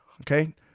Okay